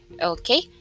okay